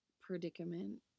predicament